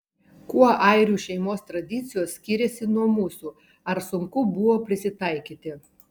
kuo airių šeimos tradicijos skiriasi nuo mūsų ar sunku buvo prisitaikyti